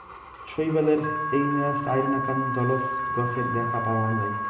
শৈবালের এইনা চাইর নাকান জলজ গছের দ্যাখ্যা পাওয়াং যাই